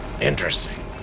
Interesting